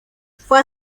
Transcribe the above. fue